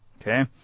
Okay